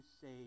say